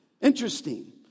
Interesting